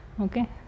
okay